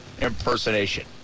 impersonation